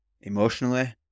emotionally